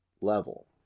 level